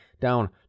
down